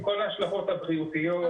עם כל ההשלכות הבריאותיות,